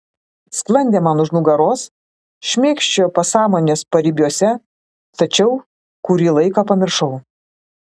sklandė man už nugaros šmėkščiojo pasąmonės paribiuose tačiau kurį laiką pamiršau